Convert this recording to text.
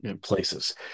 places